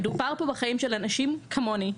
אלא בחיים של אנשים כמוני,